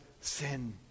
sin